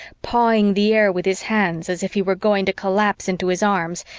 pawing the air with his hands as if he were going to collapse into his arms,